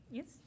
Yes